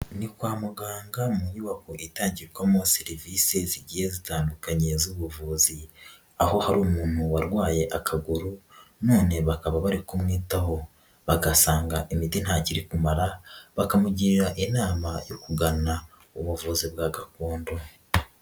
Ni kwa muganga mu inyubako itangirwamo serivisi zigiye zitandukanye z'ubuvuzi, aho hari umuntu warwaye akaguru none bakaba bari kumwitaho bagasanga imiti ntacyo iri kumara, bakamugira inama yo kugana ubuvuzi bwa gakondo.